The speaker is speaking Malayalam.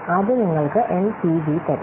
അത് നിങ്ങൾക്ക് എൻപിവി തരും